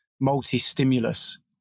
multi-stimulus